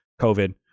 COVID